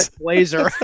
blazer